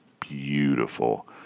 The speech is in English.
beautiful